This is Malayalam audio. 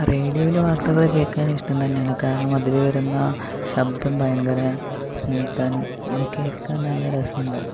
റേഡിയോയിൽ വാർത്തകൾ കേൾക്കാൻ ഇഷ്ടം തന്നെയാണ് കാരണം അതിൽ വരുന്ന ശബ്ദം ഭയങ്കര സ്മൂത്ത് ആൻഡ് കേൾക്കാൻ നല്ല രസമുണ്ടാവും